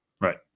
Right